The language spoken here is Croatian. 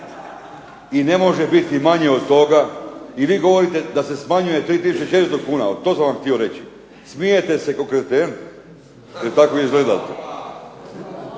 i ne može biti manje od toga. I vi govorite da se smanjuje 3400 kuna. To sam vam htio reći. Smijete se ko' kreten, jer tako i izgledate!